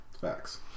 Facts